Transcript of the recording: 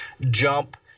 jump